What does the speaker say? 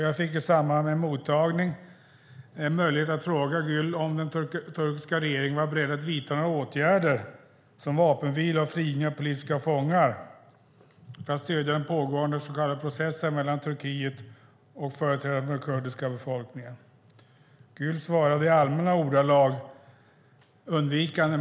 Jag fick i samband med en mottagning möjlighet att fråga Gül om den turkiska regeringen var beredd att vidta några åtgärder som vapenvila och frigivning av politiska fångar för att stödja den pågående så kallade processen mellan Turkiet och företrädare för den kurdiska befolkningen. Gül svarade i allmänna ordalag och undvikande.